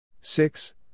six